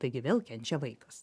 taigi vėl kenčia vaikas